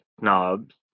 Knobs